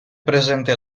presente